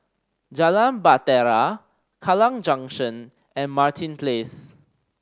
Jalan Bahtera Kallang Junction and Martin Place